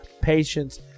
patience